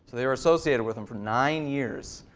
they were associated with them for nine years.